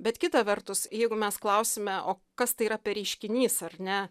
bet kita vertus jeigu mes klausime o kas tai yra per reiškinys ar ne